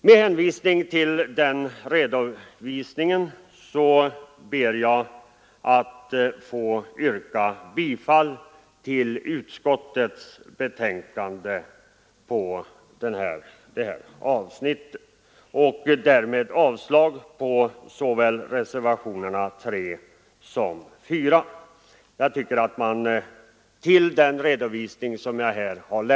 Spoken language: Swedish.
Dessutom vill jag peka på den tekniska utrustning polisen har fått och de tillskott av övriga tjänster som naturligtvis under de senaste åren har friställt många polismän från expeditionellt arbete.